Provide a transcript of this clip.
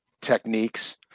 techniques